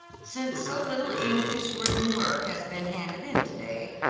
since so little english written work has been handed in to-day,